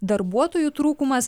darbuotojų trūkumas